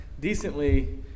decently